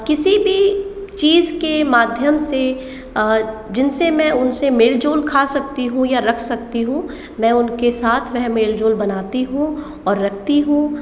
किसी भी चीज़ के माध्यम से जिन से मैं उन से मेल जोल खा सकती हूँ या रख सकती हूँ मैं उन के साथ वह मेल जोल बनाती हूँ और रखती हूँ